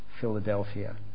Philadelphia